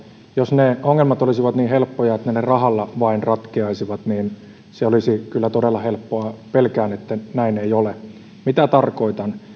jos ne ongelmat olisivat niin helppoja että ne rahalla vain ratkeaisivat niin se olisi kyllä todella helppoa pelkään että näin ei ole mitä tarkoitan